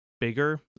bigger